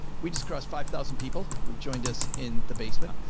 we just crossed five thousand people who joined us in the basement. um,